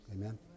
Amen